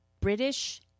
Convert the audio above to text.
British